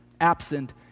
absent